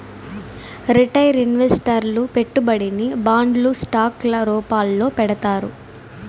retail ఇన్వెస్టర్లు పెట్టుబడిని బాండ్లు స్టాక్ ల రూపాల్లో పెడతారు